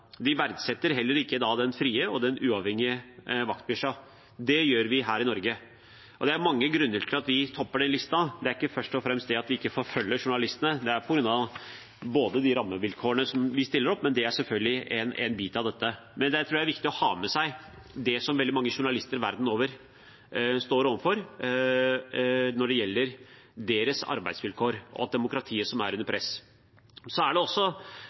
er ikke først og fremst det at vi ikke forfølger journalistene, men bl.a. på grunn av rammevilkårene som vi stiller opp med. Det er selvfølgelig én bit av dette. Men jeg tror det er viktig å ha med seg det som veldig mange journalister verden over står overfor når det gjelder deres arbeidsvilkår, og at demokratiet er under press.